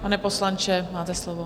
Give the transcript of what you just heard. Pane poslanče, máte slovo.